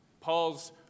Paul's